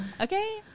Okay